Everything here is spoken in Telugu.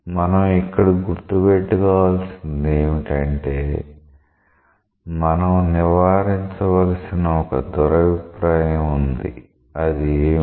మనం ఇక్కడ గుర్తు పెట్టుకోవాల్సింది ఏమిటంటే మనం నివారించవలసిన ఒక దురభిప్రాయం ఉంది అది ఏమిటి